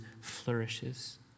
flourishes